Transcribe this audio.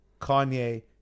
Kanye